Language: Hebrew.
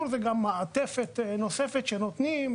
נוסף מהסיפור זה מעטפת סביבתית שנתונים,